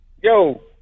yo